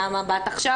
למה באת עכשיו,